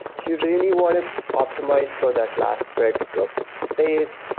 you really want to optimize for that last bit of space.